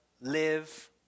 live